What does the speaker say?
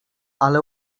ale